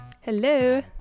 Hello